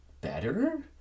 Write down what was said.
better